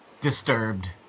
disturbed